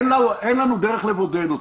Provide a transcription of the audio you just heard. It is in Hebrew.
אין לנו דרך לבודד אותו.